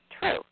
true